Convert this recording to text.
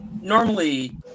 normally